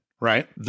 Right